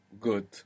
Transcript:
Good